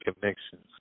connections